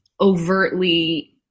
overtly